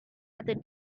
other